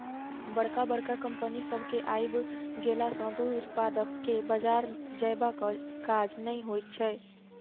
बड़का बड़का कम्पनी सभ के आइब गेला सॅ दूध उत्पादक के बाजार जयबाक काज नै होइत छै